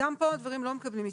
וגם פה הדברים לא מקבלים התייחסות.